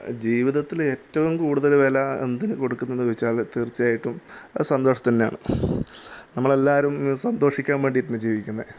ജീവിതത്തിൽ ഏറ്റവും കൂടുതൽ വില എന്തിന് കൊടുക്കുന്നൂന്ന് ചോദിച്ചാൽ തീർച്ചയായിട്ടും അത് സന്തോഷത്തിനന്നെയാണ് നമ്മളെല്ലാവരും സന്തോഷിക്കാൻ വേണ്ടിയിട്ടാണ് ജീവിക്കുന്നത്